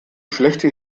schlechte